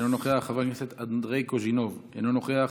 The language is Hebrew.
אינו נוכח, חבר הכנסת אנדרי קוז'ינוב, אינו נוכח,